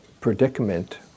predicament